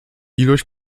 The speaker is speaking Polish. ilość